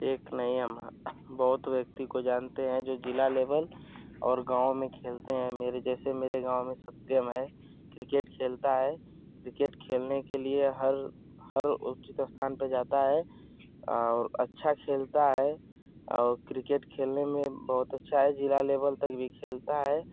एक नहीं हम बहुत व्यक्ति को जानते हें जो ज़िला लेबल और गाँव में खेलते हें मेरे जैसे मेरे गाँव में सत्यम है क्रिकेट खेलता है क्रिकेट खेलने के लिए हर हर उचित स्थान पर जाता है और अच्छा खेलता है और क्रिकेट खेलने में बहुत अच्छा है ज़िला लेबल तक भी खेलता है